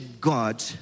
God